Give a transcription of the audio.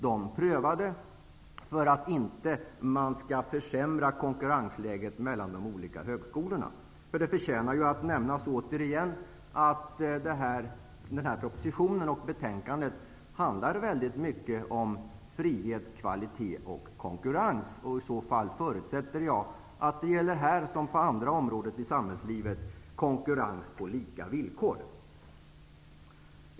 Detta bör ske för att vi inte skall försämra konkurrensläget mellan de olika högskolorna. Det förtjänar att återigen nämnas att den här propositionen och betänkandet handlar väldigt mycket om frihet, kvalitet och konkurrens. Jag förutsätter att det gäller konkurrens på lika villkor här, som på andra områden i samhällslivet.